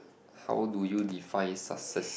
how do you define success